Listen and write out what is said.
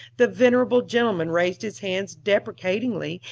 the venerable gentleman raised his hands deprecatingly,